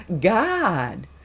god